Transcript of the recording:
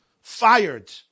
fired